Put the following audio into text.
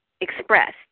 express